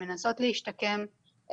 שמנסות להשתקם,